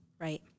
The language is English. Right